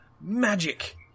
magic